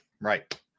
right